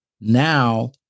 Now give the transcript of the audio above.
now